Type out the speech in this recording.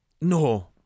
no